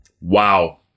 Wow